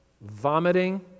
vomiting